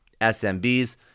SMBs